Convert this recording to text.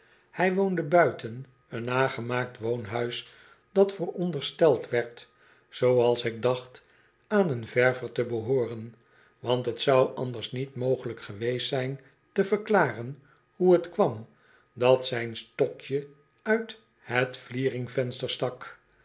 hij woonde buiten een nagemaakt woonhuis dat voorondersteld werd zooals ik dacht aan een verver te behooren want het zou anders niet mogelijk geweest zijn te verklaren hoe t kwam dat zijn stokje uit het vlieringvenster stak